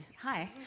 Hi